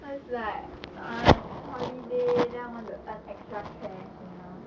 cause like err it's holiday then I want to earn extra cash you know